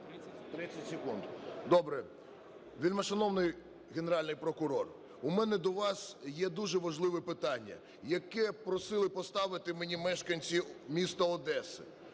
30 секунд. Добре. Вельмишановний Генеральний прокурор, у мене до вас є дуже важливе питання, яке просили поставити мене мешканці міста Одеси.